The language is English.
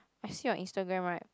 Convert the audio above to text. I see your Instagram [right]